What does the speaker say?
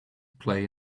play